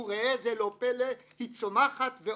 וראה זה לא פלא - היא עולה,